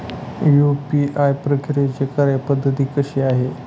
UPI प्रक्रियेची कार्यपद्धती कशी आहे?